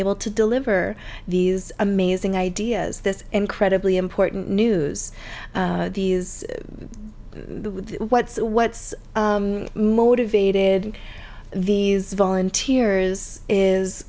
able to deliver these amazing ideas this incredibly important news these what what's motivated these volunteers is